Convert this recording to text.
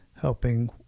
helping